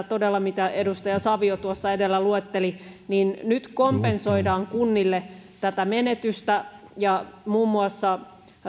todella se mitä edustaja savio tuossa edellä luetteli eli nyt kompensoidaan kunnille tätä menetystä ja muun muassa